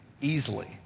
easily